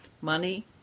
Money